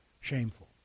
shameful